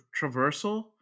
traversal